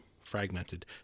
fragmented